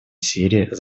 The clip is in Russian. сирии